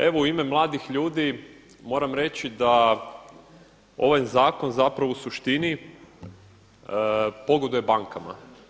Evo u ime mladih ljudi moram reći da ovaj zakon zapravo u suštini pogoduje bankama.